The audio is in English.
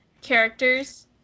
characters